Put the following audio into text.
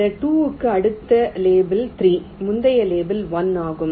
இந்த 2 க்கு அடுத்த லேபிள் 3 முந்தைய லேபிள் 1 ஆகும்